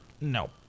no